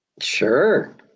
Sure